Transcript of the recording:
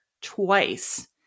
twice